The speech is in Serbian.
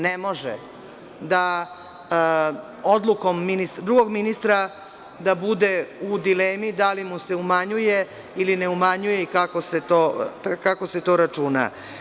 Ne može da odlukom drugog ministra da bude u dilemi da li mu se umanjuje ili ne umanjuje ili kako se to računa.